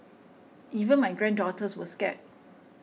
even my granddaughters were scared